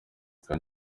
reka